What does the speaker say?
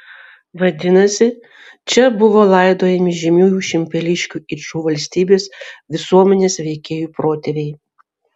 vadinasi čia buvo laidojami žymiųjų šimpeliškių yčų valstybės visuomenės veikėjų protėviai